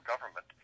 government